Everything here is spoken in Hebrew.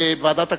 בוועדת הכספים: